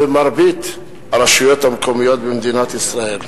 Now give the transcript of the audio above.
במרבית הרשויות המקומיות במדינת ישראל.